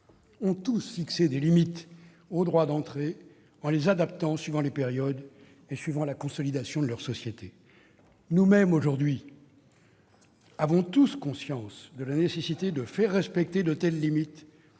ont fixé des limites au droit d'entrée, en les adaptant suivant les périodes et suivant la consolidation de leur société. Nous-mêmes, aujourd'hui, avons tous conscience de la nécessité de faire respecter de telles limites